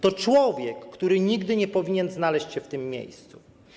To człowiek, który nigdy nie powinien znaleźć się w tym miejscu.